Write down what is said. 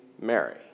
Mary